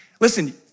Listen